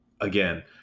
again